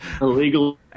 illegal